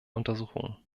untersuchungen